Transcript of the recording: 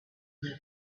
blue